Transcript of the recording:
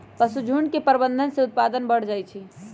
पशुझुण्ड के प्रबंधन से उत्पादन बढ़ जाइ छइ